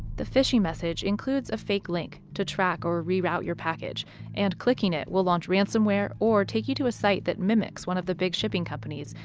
the phishing message includes a fake link to track or reroute your package and clicking it will launch ransomware or take you to a site that mimics one of the big shipping companies,